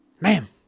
ma'am